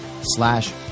slash